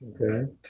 Okay